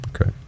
Okay